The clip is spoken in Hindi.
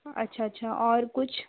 अच्छा अच्छा और कुछ